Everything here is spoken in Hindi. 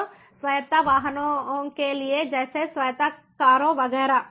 तो स्वायत्त वाहनों के लिए जैसे स्वायत्त कारों वगैरह